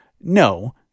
No